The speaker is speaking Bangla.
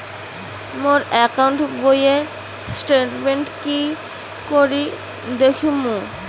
মোর একাউন্ট বইয়ের স্টেটমেন্ট কি করি দেখিম?